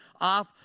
off